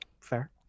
fair